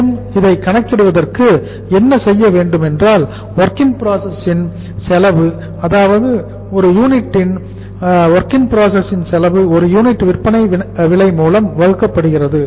மேலும் இதை கணக்கிடுவதற்கு என்ன செய்ய வேண்டுமென்றால் WIP இன் செலவு அதாவது ஒரு யூனிட் WIP இன் செலவு ஒரு யூனிட் விற்பனை விலை மூலம் வகுக்கப்படுகிறது